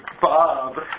Bob